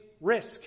risk